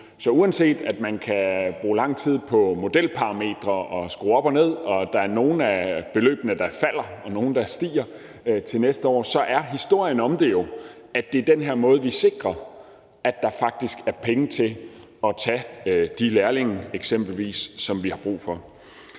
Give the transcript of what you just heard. Så uanset at man kan bruge lang tid på modelparametre, at man kan skrue op og ned, og at der er nogle af beløbene, der falder, og nogle, der stiger, til næste år, så er historien om det jo, at det er den her måde, vi sikrer, at der faktisk er penge til at tage eksempelvis de lærlinge, som vi har brug for.